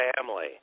family